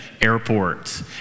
airport